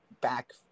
back